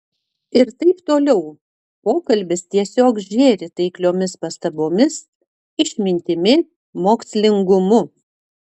ir taip toliau pokalbis tiesiog žėri taikliomis pastabomis išmintimi mokslingumu